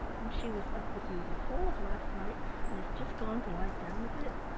when she was up with you the whole of last night and has just gone to lie down a bit?